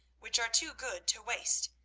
which are too good to waste,